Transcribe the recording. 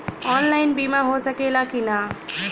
Online बीमा हो सकेला की ना?